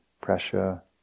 pressure